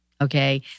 okay